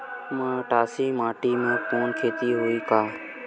मटासी माटी म के खेती होही का?